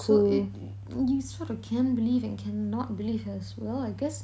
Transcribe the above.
so it you sort of couldn't believe and cannot believe as well I guess